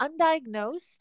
undiagnosed